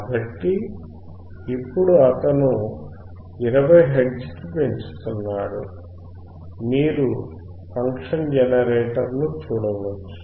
కాబట్టి ఇప్పుడు అతను 20 హెర్ట్జ్ కి పెంచుతున్నాడు మీరు ఫంక్షన్ జనరేటర్ ను చూడవచ్చు